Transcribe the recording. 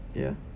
ya